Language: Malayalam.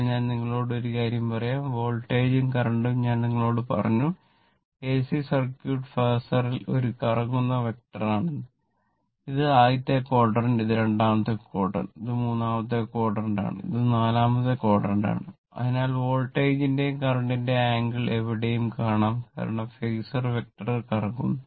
ഇപ്പോൾ ഞാൻ നിങ്ങളോട് ഒരു കാര്യം പറയാം വോൾട്ടേജും കറന്റും ഞാൻ നിങ്ങളോട് പറഞ്ഞു എസി സർക്യൂട്ട് ഫാസർ കറങ്ങുന്നു